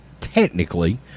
technically